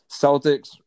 Celtics